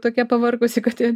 tokia pavargusi kad